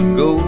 go